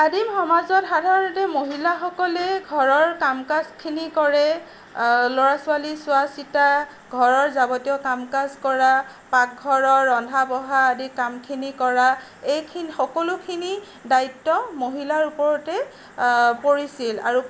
আদিম সমাজত সাধাৰণতে মহিলাসকলে ঘৰৰ কাম কাজখিনি কৰে ল'ৰা ছোৱালীৰ চোৱা চিতা ঘৰৰ যাৱতীয় কাম কাজ কৰা পাকঘৰৰ ৰন্ধা বঢ়া আদি কামখিনি কৰা এইখিনি সকলোখিনি দায়িত্ব মহিলাৰ ওপৰতেই পৰিছিল আৰু